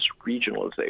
regionalization